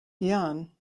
yuan